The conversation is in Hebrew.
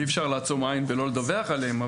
אי-אפשר לעצום עין ולא לדווח עליהם.